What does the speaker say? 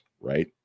Right